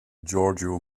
giorgio